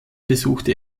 besuchte